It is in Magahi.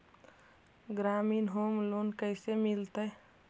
ग्रामीण होम लोन कैसे मिलतै?